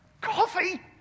Coffee